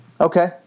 okay